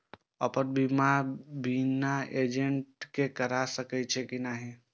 अपन बीमा बिना एजेंट के करार सकेछी कि नहिं?